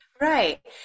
Right